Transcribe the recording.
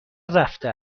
رفته